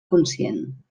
conscient